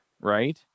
right